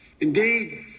Indeed